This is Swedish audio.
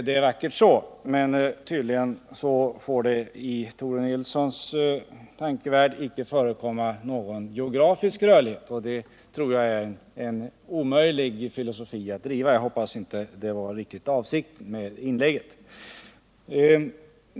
Det är vackert så, men tydligen får det i Tore Nilssons tankevärld icke förekomma någon geografisk rörlighet, och det tror jag är en omöjlig filosofi att driva. Jag hoppas det inte riktigt var avsikten med Tore Nilssons inlägg.